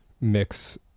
mix